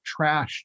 trashed